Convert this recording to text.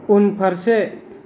उनफारसे